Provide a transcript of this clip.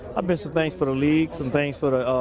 ah been some things for the league, some things for the